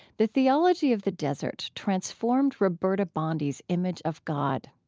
the theology of the desert transformed roberta bondi's image of god.